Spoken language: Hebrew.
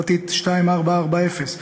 פ/2440/19,